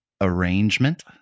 arrangement